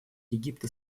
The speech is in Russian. египта